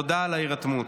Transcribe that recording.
תודה על ההירתמות.